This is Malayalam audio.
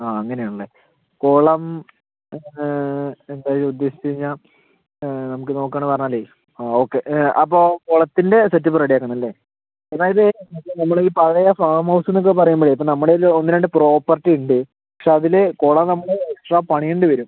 ആ അങ്ങനെയാണല്ലേ കുളം എന്തായിത് ഉദ്ദേശിച്ചത് കഴിഞ്ഞാൽ നമുക്ക് നോക്കണെ പറഞ്ഞാലെ ആ ഓക്കേ അപ്പോൾ കുളത്തിൻ്റെ സെറ്റപ്പ് റെഡി ആക്കണം അല്ലേ അതായത് നമ്മുടെ ഈ പഴയ ഫാമ് ഹൗസെന്നൊക്കെ പറയുമ്പഴേ ഇപ്പോൾ നമ്മുടെ കയ്യില് ഒന്ന് രണ്ട് പ്രോപ്പർട്ടിയുണ്ട് പക്ഷേ അതില് കുളം നമ്മള് എക്സ്ട്രാ പണിയേണ്ടി വരും